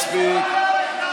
מספיק.